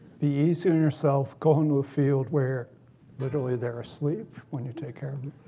be easy on yourself. go into a field where literally, they're asleep when you take care of.